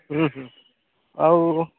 ଉଁ ହୁଁ ଆଉ